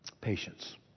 Patience